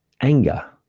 anger